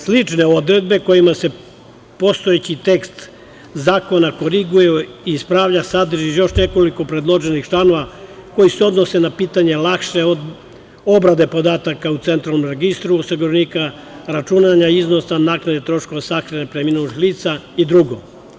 Slične odredbe kojima se postojeći tekst zakona koriguje i ispravlja sadrži još nekoliko predloženih članova koji se odnose na pitanje lakše obrade podataka u Centralnom registru osiguranika, računanje iznosa naknade troškova sahrane preminulih lica i drugo.